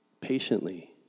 patiently